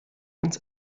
ins